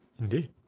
Indeed